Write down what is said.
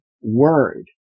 word